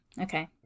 Okay